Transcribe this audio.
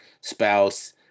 spouse